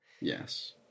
Yes